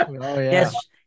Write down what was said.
Yes